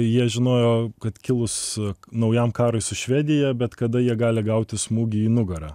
jie žinojo kad kilus naujam karui su švedija bet kada jie gali gauti smūgį į nugarą